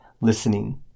listening